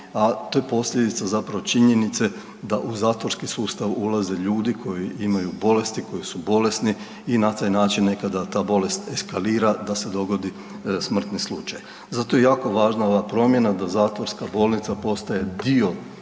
a to je posljedica zapravo činjenice da u zatvorski sustav ulaze ljudi koji imaju bolesti, koji su bolesni i na taj način nekada ta bolest eskalira, da se dogodi smrtni slučaj. Zato je jako važna ova promjena da zatvorska bolnica postaje dio